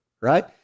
right